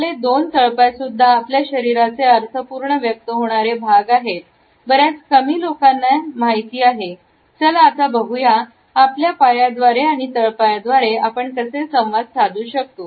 आपले दोन तळपाय सुद्धा आपल्या शरीराचे अर्थपूर्ण व्यक्त होणारे भाग आहेत े बर्याच कमी लोकांना माहिती आहे चला आता बघूया आपल्या पायात द्वारे आणि तळपायात द्वारे आपण कसे संवाद साधू शकतो